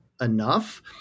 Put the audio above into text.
enough